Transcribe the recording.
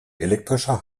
elektrischer